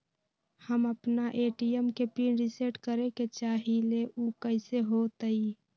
हम अपना ए.टी.एम के पिन रिसेट करे के चाहईले उ कईसे होतई?